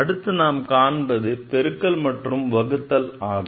அடுத்து நாம் காண்பது பெருக்கல் மற்றும் வகுத்தல் ஆகும்